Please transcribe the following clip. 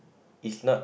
is not